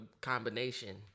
combination